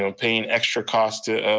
um paying extra costs to